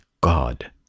God